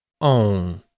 On